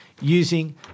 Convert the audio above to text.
using